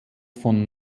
von